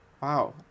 Wow